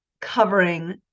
covering